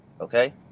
okay